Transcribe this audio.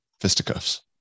fisticuffs